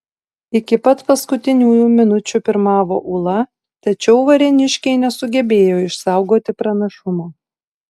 iki pat paskutiniųjų minučių pirmavo ūla tačiau varėniškiai nesugebėjo išsaugoti pranašumo